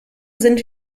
sind